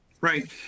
Right